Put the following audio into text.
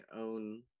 own